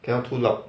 cannot too loud